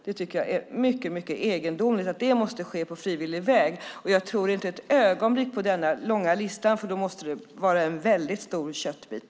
Jag tycker att det är mycket egendomligt att det måste ske på frivillig väg. Jag tror inte ett ögonblick på den långa listan. Då måste det vara en väldigt stor köttbit.